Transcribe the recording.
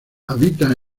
habita